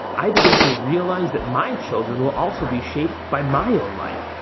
i begin to realize that my children will also be shaped by my own life.